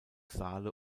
saale